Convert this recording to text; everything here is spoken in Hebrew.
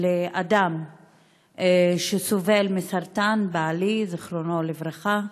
לאדם שסובל מסרטן, בעלי, זיכרונו לברכה,